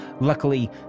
luckily